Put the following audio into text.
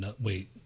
wait